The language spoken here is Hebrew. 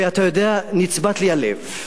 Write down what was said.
ואתה יודע, נצבט לי הלב.